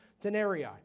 denarii